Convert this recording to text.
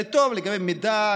לגבי מידע,